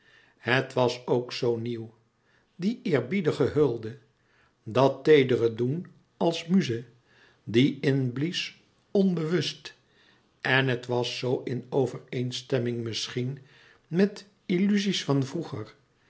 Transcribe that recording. het was ook zoo nieuw die eerbiedige hulde dat teedere doen als muze die inblies onbewust en het was zo in overlouis couperus metamorfoze eenstemming misschien met illuzies van vroeger